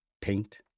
paint